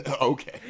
Okay